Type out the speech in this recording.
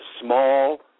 small